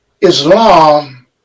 Islam